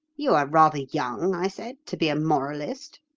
you are rather young i said, to be a moralist